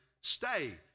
stay